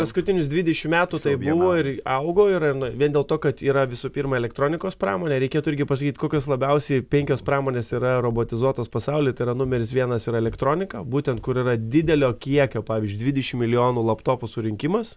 paskutinius dvidešimt metų taip buvo ir augo ir vien dėl to kad yra visų pirma elektronikos pramonė reikėtų irgi pasakyt kokios labiausiai penkios pramonės yra robotizuotos pasauly tai yra numeris vienas yra elektronika būtent kur yra didelio kiekio pavyzdžiui dvidešimt milijonų laptopų surinkimas